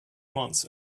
months